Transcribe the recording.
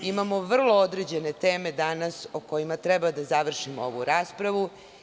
Imamo vrlo određene teme danas o kojima treba da završimo ovu raspravu.